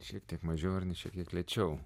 šiek tiek mažiau ar ne šiek tiek lėčiau